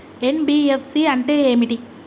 NBFC అంటే ఏమిటి?